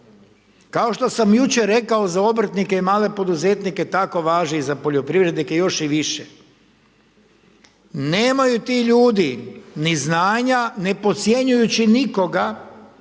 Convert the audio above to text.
Kao što sa jučer rekao za obrtnike i male poduzetnike tako važi i za poljoprivrednike još i više. Nemaju ti ljudi ni znanja, ne podcjenjujući nikoga,